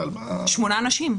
שמונה אנשים.